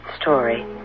story